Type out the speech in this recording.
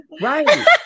Right